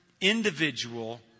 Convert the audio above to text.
individual